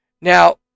Now